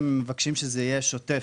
מבקשים שזה יהיה שוטף.